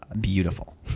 beautiful